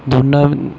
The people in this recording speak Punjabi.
ਦੋਨਾਂ